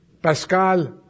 Pascal